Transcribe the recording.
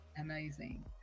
amazing